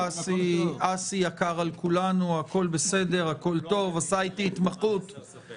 בהתאם למה שהיושב-ראש ציין נתחיל מסעיף